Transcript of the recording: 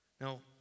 Now